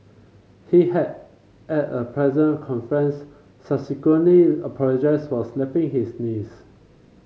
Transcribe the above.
he had at a press conference subsequently apologised for slapping his niece